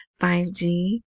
5G